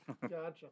Gotcha